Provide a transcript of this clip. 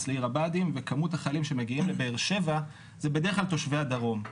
לעיר הבה"דים וכמות החיילים שמגיעים לבאר שבע זה בדרך כלל תושבי הדרום.